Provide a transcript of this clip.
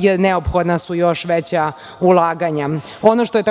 jer neophodna su još veća ulaganja. Ono što je takođe